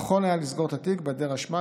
נכון היה לסגור את התיק בהיעדר אשמה,